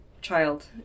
child